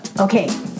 okay